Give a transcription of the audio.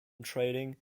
trading